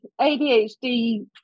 ADHD